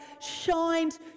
shined